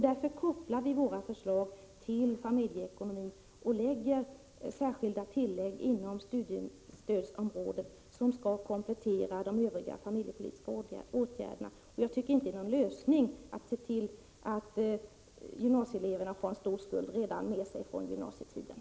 Därför kopplar vi våra förslag till familjeekonomin och lägger fram särskilda förslag om tillägg inom studiestödsområdet som skall komplettera de övriga familjepolitiska åtgärderna. Jag tycker inte att det är någon lösning att se till att gymnasieeleverna har en stor skuld med sig redan från gymnasietiden.